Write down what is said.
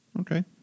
Okay